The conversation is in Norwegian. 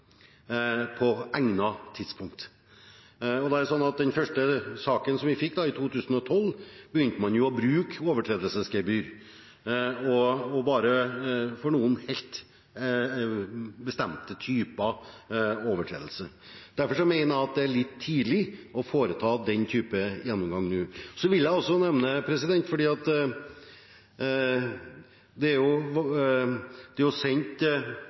på egnet tidspunkt. I den første saken vi fikk, i 2012, begynte man å bruke overtredelsesgebyr – og bare for noen helt bestemte typer overtredelser. Derfor mener jeg at det er litt tidlig å foreta den type gjennomgang nå. Jeg vil også nevne at det er åtte saker som er varslet fra Norges Fiskarlag, og som er sendt